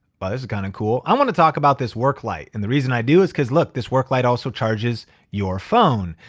but is is kinda cool. i wanna talk about this work light. and the reason i do is because, look this work light also charges your phone.